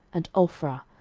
and ophrah,